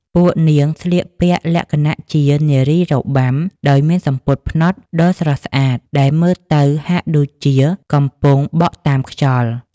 ពួកនាងស្លៀកពាក់លក្ខណៈជា នារីរបាំ ដោយមានសំពត់ផ្នត់ដ៏ស្រស់ស្អាតដែលមើលទៅហាក់ដូចជាកំពុងបក់តាមខ្យល់។